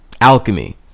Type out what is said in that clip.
alchemy